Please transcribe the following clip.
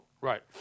Right